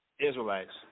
Israelites